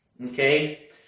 Okay